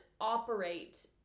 operate